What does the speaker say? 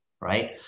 right